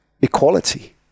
equality